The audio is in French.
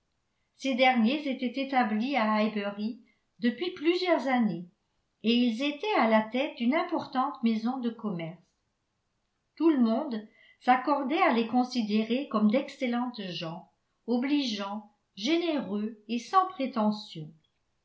ces derniers étaient établis à highbury depuis plusieurs années et ils étaient à la tête d'une importante maison de commerce tout le monde s'accordait à les considérer comme d'excellentes gens obligeants généreux et sans prétention